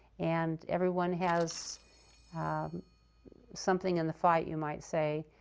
and everyone has something in the fight, you might say,